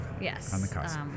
Yes